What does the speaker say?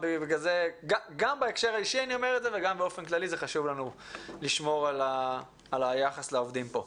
גם בהקשר האישי וגם בהקשר הכללי חשוב לנו לשמור על היחס לעובדי הציבור.